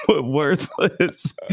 worthless